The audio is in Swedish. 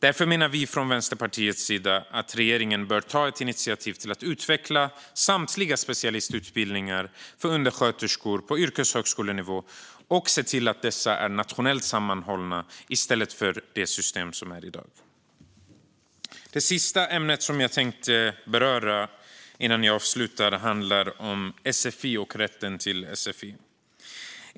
Därför menar vi från Vänsterpartiets sida att regeringen bör ta ett initiativ till att utveckla samtliga specialistutbildningar för undersköterskor på yrkeshögskolenivå och se till att dessa är nationellt sammanhållna i stället för det system som är i dag. Det sista ämne som jag tänker beröra innan jag avslutar handlar om sfi och rätten till sfi.